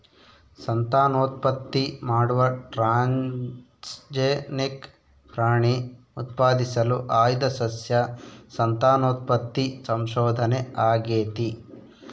ಸಂತಾನೋತ್ಪತ್ತಿ ಮಾಡುವ ಟ್ರಾನ್ಸ್ಜೆನಿಕ್ ಪ್ರಾಣಿ ಉತ್ಪಾದಿಸಲು ಆಯ್ದ ಸಸ್ಯ ಸಂತಾನೋತ್ಪತ್ತಿ ಸಂಶೋಧನೆ ಆಗೇತಿ